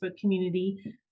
community